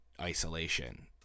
isolation